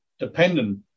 Dependent